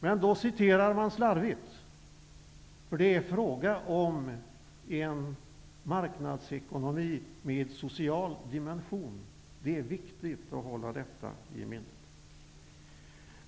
Men då citerar man slarvigt för det är fråga om en marknadsekonomi med social dimension. Det är viktigt att hålla detta i minnet.